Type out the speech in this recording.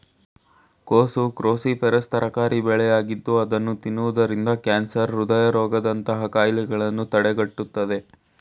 ಕೋಸು ಕ್ರೋಸಿಫೆರಸ್ ತರಕಾರಿ ಬೆಳೆಯಾಗಿದ್ದು ಅದನ್ನು ತಿನ್ನೋದ್ರಿಂದ ಕ್ಯಾನ್ಸರ್, ಹೃದಯ ರೋಗದಂತಹ ಕಾಯಿಲೆಗಳನ್ನು ತಡೆಗಟ್ಟುತ್ತದೆ